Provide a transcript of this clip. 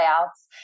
layouts